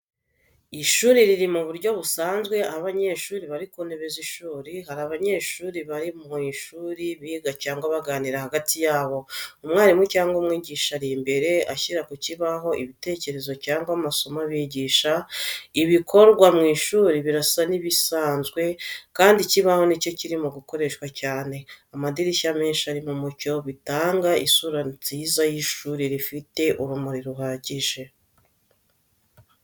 Ishuri riri mu buryo busanzwe, aho abanyeshuri bari ku ntebe zishuri. Hariho abanyeshuri bari mu ishuri, biga cyangwa baganira hagati yabo. Umwarimu cyangwa umwigisha ari imbere, ashyira ku kibaho ibitekerezo cyangwa amasomo abigisha. Ibikorwa mu ishuri birasa n’ibisanzwe, kandi ikibaho ni cyo kirimo gukoreshwa cyane. Amadirishya menshi arimo umucyo, bigatanga isura nziza y'ishuri rifite urumuri ruhagije.